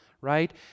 right